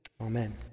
Amen